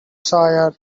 shire